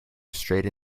straight